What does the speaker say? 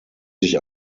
sich